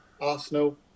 Arsenal